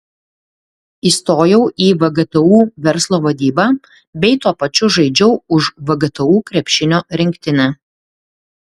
įstojau į vgtu verslo vadybą bei tuo pačiu žaidžiau už vgtu krepšinio rinktinę